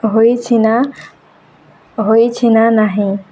ହୋଇଛିି ନା ହୋଇଛିି ନା ନାହିଁ